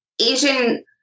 asian